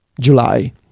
July